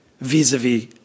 vis-a-vis